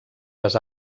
les